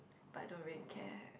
but don't really care